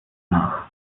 nach